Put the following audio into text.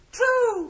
two